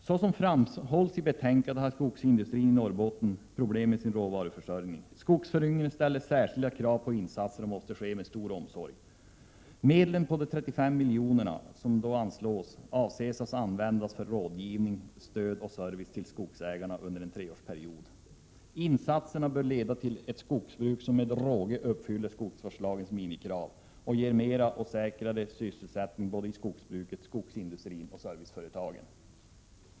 Som framhålls i betänkandet har skogsindustrin i Norrbotten problem med sin råvaruförsörjning. Skogsföryngring ställer särskilda krav på insatser och måste ske med stor omsorg. De medel på 35 milj.kr. som anslås avses att användas för rådgivning, stöd och service till skogsägarna under en treårsperiod. Insatserna bör leda till ett skogsbruk som med råge uppfyller skogsvårdslagens minimikrav och ger mer och säkrare sysselsättning såväl i skogsbruket och skogsindustrin som i serviceföretagen.